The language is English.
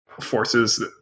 forces